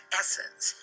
essence